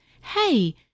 hey